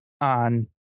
on